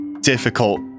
difficult